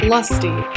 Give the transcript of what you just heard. Lusty